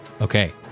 Okay